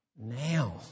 now